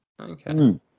Okay